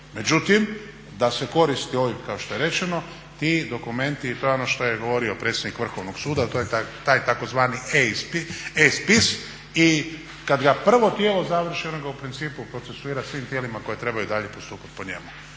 Međutim, da se koristi ovim kako što je rečeno ti dokumenti i to je ono što je govorio predsjednik Vrhovnog suda, a to je taj tzv. E spis i kad ga prvo tijelo završi ono ga u principu procesuira svim tijelima koje trebaju dalje postupati po njemu.